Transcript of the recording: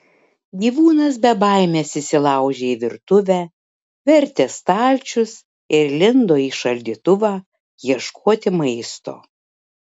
gyvūnas be baimės įsilaužė į virtuvę vertė stalčius ir lindo į šaldytuvą ieškoti maisto